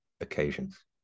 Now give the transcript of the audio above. occasions